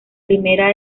primera